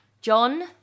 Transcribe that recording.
John